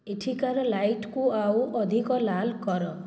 ଏଠିକାର ଲାଇଟ୍କୁ ଆଉ ଅଧିକ ଲାଲ୍ କର